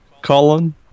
Colin